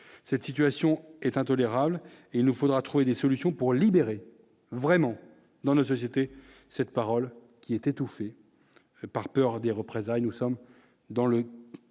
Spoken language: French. cette situation est intolérable et il nous faudra trouver des solutions pour libérer vraiment dans notre société cette parole qui était c'est par peur des représailles, nous sommes dans le